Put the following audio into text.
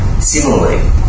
Similarly